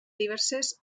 diverses